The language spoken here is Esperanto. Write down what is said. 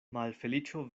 malfeliĉo